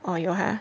oh 有 ah